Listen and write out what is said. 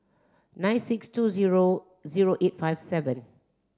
nine six two zero zero eight five seven